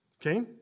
Okay